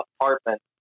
apartment